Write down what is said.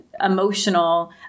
emotional